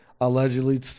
allegedly